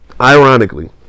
ironically